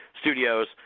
studios